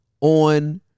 on